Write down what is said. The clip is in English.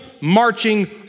marching